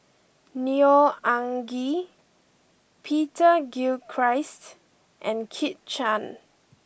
Neo Anngee Peter Gilchrist and Kit Chan